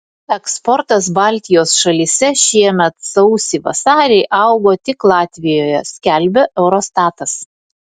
eksportas baltijos šalyse šiemet sausį vasarį augo tik latvijoje skelbia eurostatas